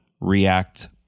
react